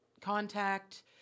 contact